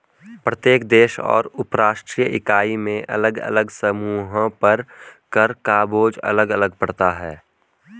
प्रत्येक देश और उपराष्ट्रीय इकाई में अलग अलग समूहों पर कर का बोझ अलग अलग पड़ता है